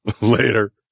Later